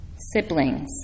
siblings